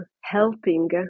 helping